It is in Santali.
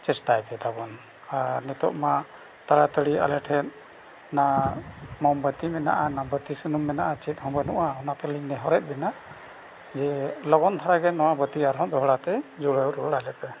ᱪᱮᱥᱴᱟᱭ ᱯᱮ ᱛᱟᱵᱚᱱ ᱟᱨ ᱱᱤᱛᱳᱜ ᱢᱟ ᱛᱟᱲᱟᱛᱟᱲᱤ ᱟᱞᱮ ᱴᱷᱮᱱ ᱱᱟ ᱢᱳᱢᱵᱟᱛᱤ ᱢᱮᱱᱟᱜᱼᱟ ᱱᱟ ᱵᱟᱛᱤ ᱥᱩᱱᱩᱢ ᱢᱮᱱᱟᱜᱼᱟ ᱪᱮᱫ ᱦᱚᱸ ᱵᱟᱹᱱᱩᱜᱼᱟ ᱚᱱᱟᱛᱮᱞᱤᱧ ᱱᱮᱦᱚᱨᱮᱫ ᱵᱮᱱᱟ ᱡᱮ ᱞᱚᱜᱚᱱ ᱫᱷᱟᱨᱟ ᱜᱮ ᱱᱚᱣᱟ ᱵᱟᱹᱛᱤ ᱟᱨᱦᱚᱸ ᱫᱚᱦᱲᱟᱛᱮ ᱡᱩᱲᱟᱹᱣ ᱨᱩᱣᱟᱹᱲ ᱟᱞᱮ ᱯᱮ